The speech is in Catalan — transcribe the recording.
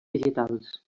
vegetals